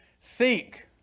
Seek